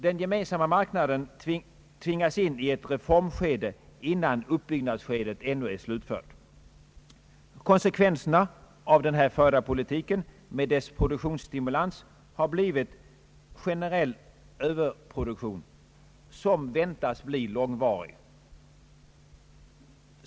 Den gemensamma marknaden tvingas in i ett reformskede innan uppbyggnadsskedet ännu är slutfört. Konsekvenserna av den förda politiken med dess produktionsstimulans har generellt blivit en överproduktion, som väntas bli långvarig.